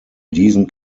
diesen